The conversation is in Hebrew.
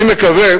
אני מקווה